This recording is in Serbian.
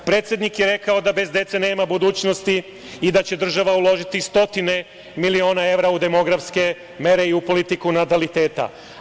Predsednik je rekao da bez dece nema budućnosti i da će država uložiti stotine miliona evra u demografske mere i u politiku nataliteta.